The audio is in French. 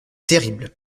terrible